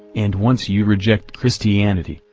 and once you reject christianity,